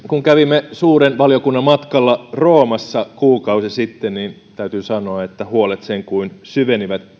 kun kävimme suuren valiokunnan matkalla roomassa kuukausi sitten niin täytyy sanoa että huolet italian talouspolitiikasta sen kuin syvenivät